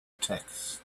texts